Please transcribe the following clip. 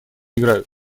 играют